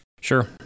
Sure